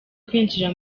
kwinjira